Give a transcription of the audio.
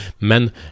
men